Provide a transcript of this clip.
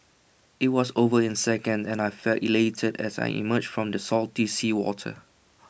IT was over in second and I felt elated as I emerged from the salty seawater